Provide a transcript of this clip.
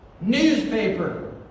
newspaper